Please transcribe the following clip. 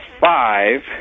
five